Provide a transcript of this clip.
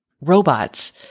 robots